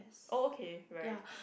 oh okay like